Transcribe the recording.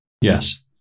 Yes